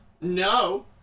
no